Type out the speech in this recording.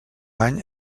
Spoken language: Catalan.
any